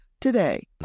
today